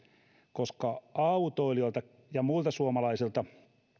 koska autoilijoilta ja muilta suomalaisilta